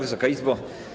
Wysoka Izbo!